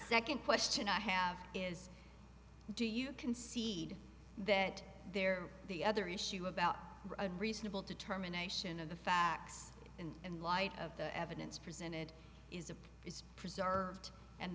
second question i have is do you concede that there the other issue about a reasonable determination of the facts and light of the evidence presented is and is preserved and